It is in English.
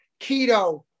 keto